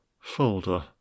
folder